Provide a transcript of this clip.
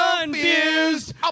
confused